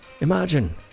Imagine